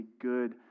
good